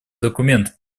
документ